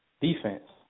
defense